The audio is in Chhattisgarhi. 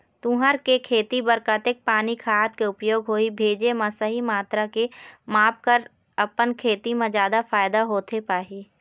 तुंहर के खेती बर कतेक पानी खाद के उपयोग होही भेजे मा सही मात्रा के माप कर अपन खेती मा जादा फायदा होथे पाही?